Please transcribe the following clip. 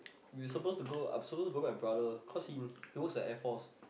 we supposed to go I'm supposed to go with my brother cause he he works at Air Force